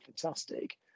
fantastic